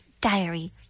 diary